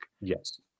Yes